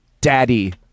Daddy